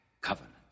covenant